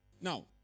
Now